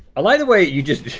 ah like the way you just,